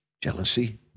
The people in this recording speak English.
jealousy